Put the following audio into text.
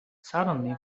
suddenly